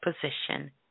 position